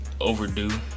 overdue